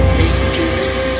dangerous